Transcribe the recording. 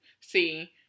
See